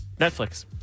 Netflix